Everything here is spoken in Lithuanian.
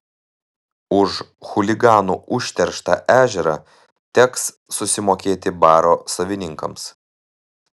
už chuliganų užterštą ežerą teks susimokėti baro savininkams